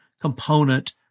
component